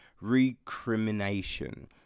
recrimination